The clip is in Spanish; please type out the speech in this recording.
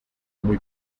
muy